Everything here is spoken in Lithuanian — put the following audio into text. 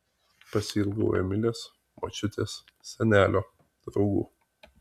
pasiilgau emilės močiutės senelio draugų